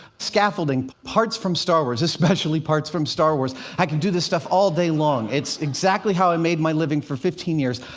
scaffolding, parts from star wars especially parts from star wars i can do this stuff all day long. it's exactly how i made my living for fifteen years.